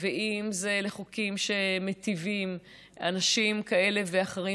ואם לחוקים שמיטיבים עם אנשים כאלה ואחרים